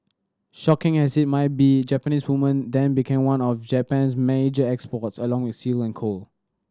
shocking as it might be Japanese women then became one of Japan's major exports along with silk and coal